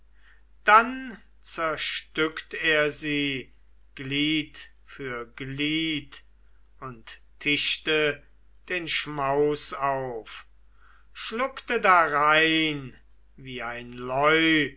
dann zerstückt er sie glied für glied und tischte den schmaus auf schluckte darein wie ein